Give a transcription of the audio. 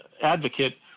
advocate